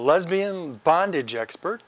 lesbian bondage expert